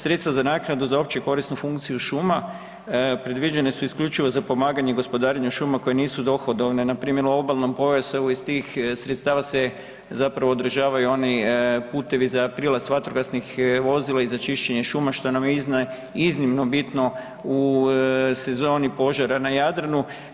Sredstva za naknadu za opće korisnu funkciju šuma predviđene su isključivo za pomaganje i gospodarenje šuma koje nisu dohodovne, npr. u obalnom … [[Govornik se ne razumije]] iz tih sredstava se zapravo održavaju oni putevi za prilaz vatrogasnih vozila i za čišćenje šuma što nam je iznimno bitno u sezoni požara na Jadranu.